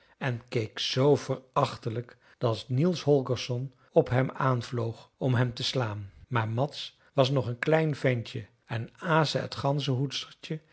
en keek z verachtelijk dat niels holgersson op hem aanvloog om hem te slaan maar mads was nog een klein ventje en asa t